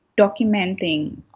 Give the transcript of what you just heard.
documenting